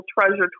treasure